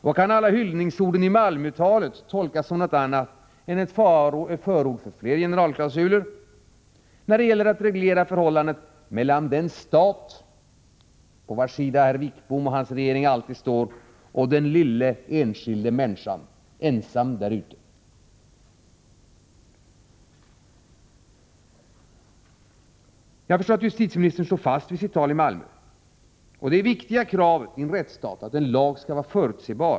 Och kan alla hyllningsorden i Malmötalet tolkas som någonting annat än ett förord för fler generalklausuler när det gäller att reglera förhållandet mellan den stat, på vars sida herr Wickbom och hans regering alltid står, och den lilla enskilda människan, ensam där ute? Jag förstår att justitieministern står fast vid sina uttalanden i Malmö. Ett viktigt krav i en rättsstat är att en lag skall vara förutsebar.